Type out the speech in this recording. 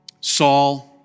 Saul